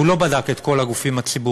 והוא לא בדק את כל הגופים הציבוריים,